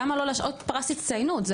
למה לא להשעות פרס הצטיינות?